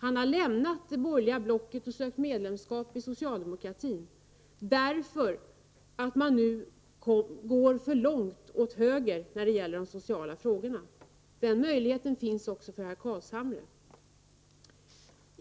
Han har lämnat det borgerliga blocket och sökt medlemskap i socialdemokratin, därför att man nu går för långt åt höger när det gäller de sociala frågorna. Den möjligheten finns också för herr Carlshamre.